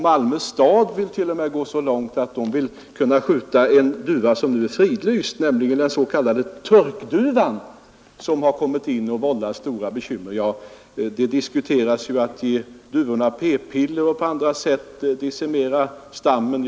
Malmö stad vill t.o.m., gå så långt att man önskar få skjuta en duva som nu är fridlyst, nämligen turkduvan, som har kommit in i landet och vållar stora bekymmer. Det diskuteras att ge duvorna p-piller och att även på andra sätt decimera stammen.